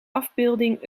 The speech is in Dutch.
afbeelding